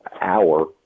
hour